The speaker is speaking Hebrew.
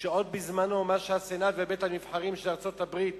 כדי שתישמר המחויבות של הסנאט ובית-הנבחרים של ארצות-הברית